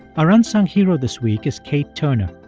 our unsung hero this week is kate turner.